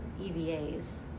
EVAs